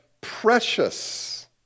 precious